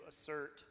assert